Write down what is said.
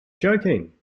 joking